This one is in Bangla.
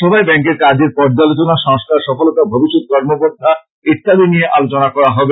সভায় ব্যাংকের কাজের পর্যালোচনা সংস্কার সফলতা ভবিষ্যত কর্মপন্থা ইত্যাদি নিয়ে আলোচনা করা হবে